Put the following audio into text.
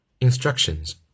Instructions